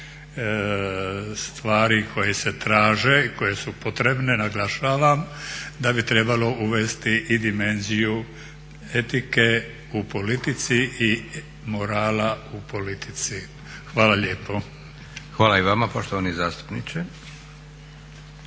Hvala i vama. Poštovana zastupnica